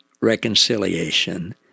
reconciliation